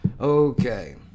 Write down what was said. Okay